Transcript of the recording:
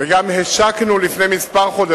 הוא נכנס, רוצים לברך, השקנו לפני כמה